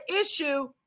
issue